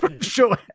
show